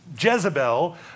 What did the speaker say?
Jezebel